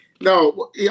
No